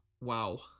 Wow